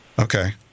Okay